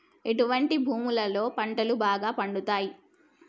ఎటువంటి భూములలో పంటలు బాగా పండుతయ్?